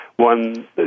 one